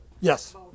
yes